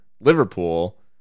Liverpool